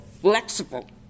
flexible